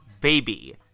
baby